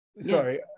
sorry